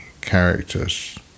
characters